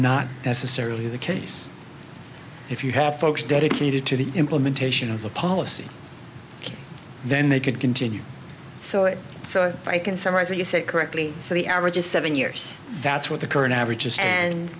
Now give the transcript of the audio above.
not necessarily the case if you have folks dedicated to the implementation of the policy then they could continue so it so i can summarize what you said correctly so the average is seven years that's what the current average is and